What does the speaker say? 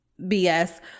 BS